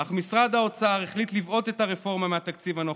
אך משרד האוצר החליט לבעוט את הרפורמה מהתקציב הנוכחי.